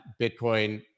Bitcoin